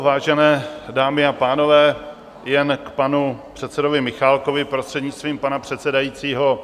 Vážené dámy a pánové, jen k panu předsedovi Michálkovi, prostřednictvím pana předsedajícího.